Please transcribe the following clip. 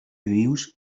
vius